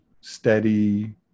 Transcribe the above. steady